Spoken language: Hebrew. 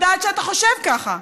אני יודעת שאתה חושב ככה.